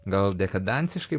gal dekadanciškai